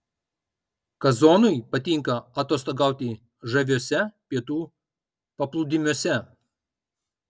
kazonui patinka atostogauti žaviuose pietų paplūdimiuose